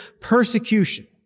persecution